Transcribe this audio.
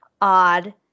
odd